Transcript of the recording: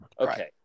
Okay